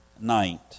night